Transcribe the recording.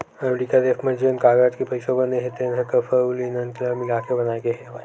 अमरिका देस म जेन कागज के पइसा बने हे तेन ह कपसा अउ लिनन ल मिलाके बनाए गे हवय